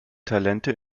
talente